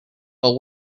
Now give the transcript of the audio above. but